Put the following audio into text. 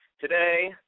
Today